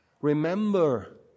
Remember